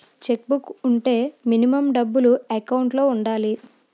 Check book వుంటే minimum డబ్బులు account లో ఉండాలి?